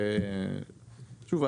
שוב,